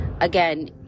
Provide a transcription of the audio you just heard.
again